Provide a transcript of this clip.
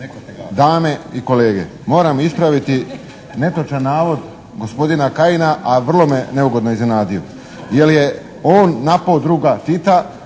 dame i kolege. Moram ispraviti netočan navod gospodina Kajin, a vrlo me neugodno iznenadio. Jer je on napao druga Tita,